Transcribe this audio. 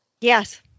yes